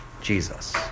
Jesus